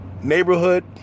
neighborhood